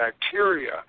bacteria